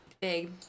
big